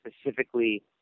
specifically